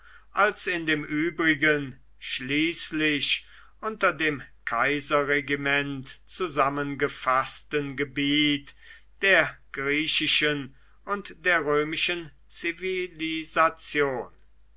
als in dem übrigen schließlich unter dem kaiserregiment zusammengefaßten gebiet der griechischen und der römischen